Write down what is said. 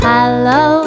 Hello